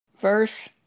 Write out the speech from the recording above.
Verse